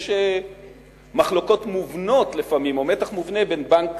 יש מחלוקות מובנות לפעמים, או מתח מובנה בין בנק